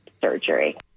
surgery